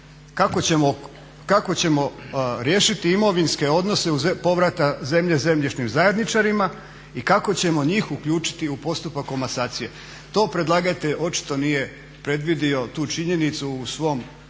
Kako ćemo riješiti imovinske odnose povrata zemlje zemljišnim zajedničarima i kako ćemo njih uključiti u postupak komasacije. To predlagatelj očito nije predvidio tu činjenicu u svom zakonskom